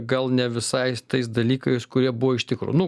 gal ne visai tais dalykais kurie buvo iš tikrų nu